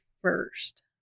first